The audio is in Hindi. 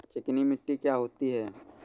चिकनी मिट्टी क्या होती है?